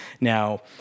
Now